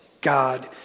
God